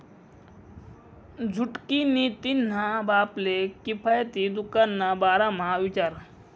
छुटकी नी तिन्हा बापले किफायती दुकान ना बारा म्हा विचार